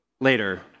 Later